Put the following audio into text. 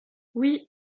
oui